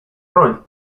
rol